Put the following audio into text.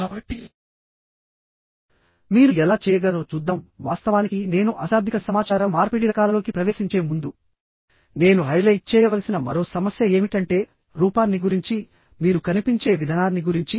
కాబట్టి మీరు ఎలా చేయగలరో చూద్దాం వాస్తవానికి నేను అశాబ్దిక సమాచార మార్పిడి రకాలలోకి ప్రవేశించే ముందు నేను హైలైట్ చేయవలసిన మరో సమస్య ఏమిటంటే రూపాన్ని గురించిమీరు కనిపించే విధానాన్ని గురించి